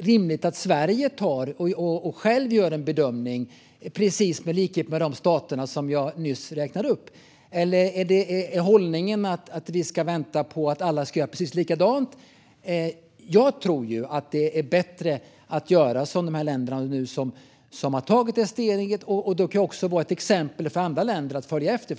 rimligt att vi i Sverige själva gör en bedömning precis i likhet med de stater som jag nyss räknade upp? Eller är hållningen att vi ska vänta på att alla ska göra precis likadant? Jag tror att det är bättre att göra som de länder som nu har tagit det steget. Det kan också vara ett exempel för andra länder att följa efter.